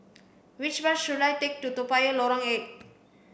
which bus should I take to Toa Payoh Lorong eight